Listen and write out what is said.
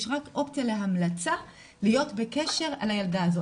יש רק אופציה להמלצה להיות בקשר על הילדה הזו.